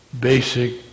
basic